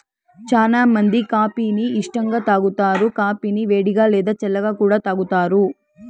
చానా మంది కాఫీ ని ఇష్టంగా తాగుతారు, కాఫీని వేడిగా, లేదా చల్లగా కూడా తాగుతారు